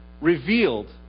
revealed